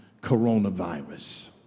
coronavirus